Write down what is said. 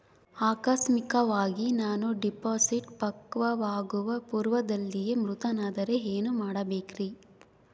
ಆಕಸ್ಮಿಕವಾಗಿ ನಾನು ಡಿಪಾಸಿಟ್ ಪಕ್ವವಾಗುವ ಪೂರ್ವದಲ್ಲಿಯೇ ಮೃತನಾದರೆ ಏನು ಮಾಡಬೇಕ್ರಿ?